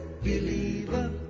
believer